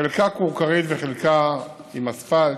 חלקה כורכרית וחלקה עם אספלט.